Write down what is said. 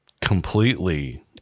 completely